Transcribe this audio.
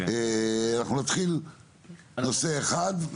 אנחנו נתחיל בנושא אחד,